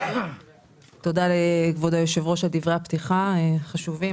תודה לכבוד היושב ראש על דברי הפתיחה החשובים.